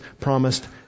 promised